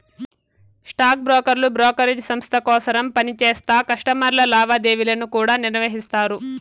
stock బ్రోకర్లు brokerage సంస్త కోసరం పనిచేస్తా కస్టమర్ల లావాదేవీలను కూడా నిర్వహిస్తారు